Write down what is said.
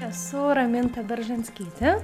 esu raminta beržanskytė